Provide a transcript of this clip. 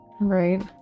right